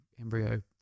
embryo